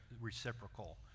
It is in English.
reciprocal